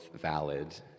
valid